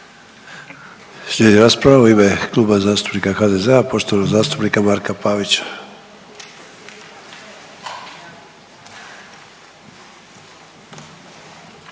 Slijedi rasprava u ime Kluba zastupnika HDZ-a, poštovanog zastupnika Marka Pavića.